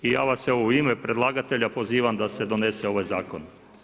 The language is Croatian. I ja vas evo, u ime predlagatelja pozivam da se donese ovaj zakona.